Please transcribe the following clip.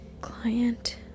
Client